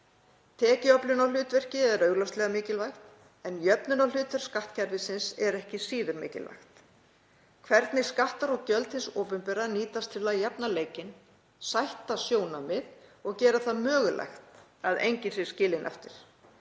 Tekjuöflunarhlutverkið er augljóslega mikilvægt en jöfnunarhlutverk skattkerfisins er ekki síður mikilvægt, hvernig skattar og gjöld hins opinbera nýtast til að jafna leikinn, sætta sjónarmið og gera það mögulegt að enginn sé skilinn eftir.